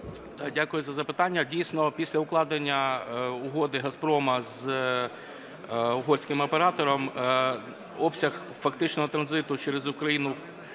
Дякую за запитання. Дійсно, після укладення Угоди Газпрому з угорським оператором обсяг фактичного транзиту через Україну